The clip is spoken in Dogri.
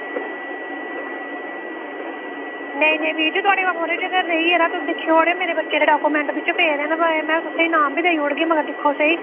नेईं नेईं बीर जी थुआढ़े ऑटो च गै रेही गेदा ते ओह्दे बिच मेरे डॉक्यूमेंट पेदे न ते में तुसेंगी ईनाम बी देई ओड़गी में हा तुस दिक्खो सेही